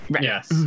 Yes